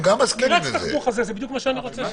זה בדיוק מה שאני רוצה.